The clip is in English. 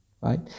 right